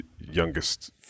youngest